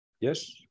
Yes